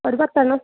ഒരു പത്തെണ്ണം